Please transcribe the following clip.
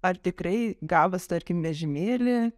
ar tikrai gavęs tarkim vežimėlį